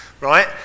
right